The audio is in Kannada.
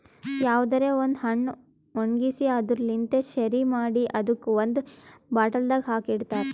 ಯಾವುದರೆ ಒಂದ್ ಹಣ್ಣ ಒಣ್ಗಿಸಿ ಅದುರ್ ಲಿಂತ್ ಶೆರಿ ಮಾಡಿ ಅದುಕ್ ಒಂದ್ ಬಾಟಲ್ದಾಗ್ ಹಾಕಿ ಇಡ್ತಾರ್